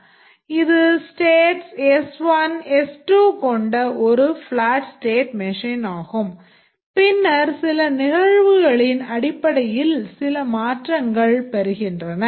இது states S1 S2 கொண்ட ஒரு flat state machine ஆகும் பின்னர் சில நிகழ்வுகளின் அடிப்படையில் சில மாற்றங்கள் பெறுகிகின்றன